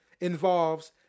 involves